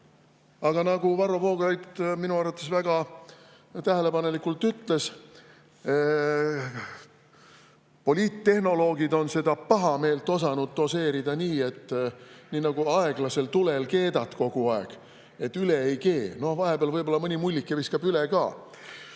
Aga nagu Varro Vooglaid minu arvates väga tähelepanelikult ütles, poliittehnoloogid on seda pahameelt osanud doseerida nii, nagu aeglaselt tulel keetes kogu aeg, et üle ei kee, no vahepeal võib-olla mõni mullike viskab üle ka.